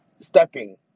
Stepping